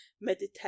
meditate